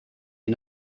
you